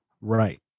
Right